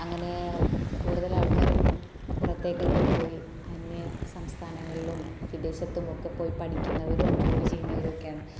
അങ്ങനെ കൂടുതൽ ആൾക്കാരും പുറത്തേക്കൊക്കെ പോയി അന്യസംസ്ഥാനങ്ങളിലും വിദേശത്തുമൊക്കെ പോയി പഠിക്കുന്നവരും ജോലി ചെയ്യുന്നവരും ഒക്കെയാണ്